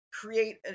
create